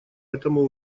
этому